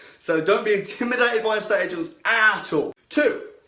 so don't be intimidated by estate agents at all. two,